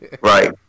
Right